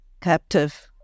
captive